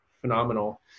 phenomenal